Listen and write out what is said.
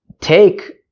take